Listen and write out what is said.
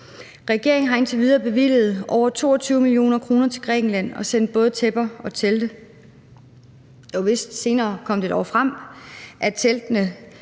Regeringen har indtil videre bevilget over 22 mio. kr. til Grækenland og sendt både tæpper og telte. Senere kom det dog frem, af teltene